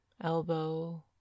elbow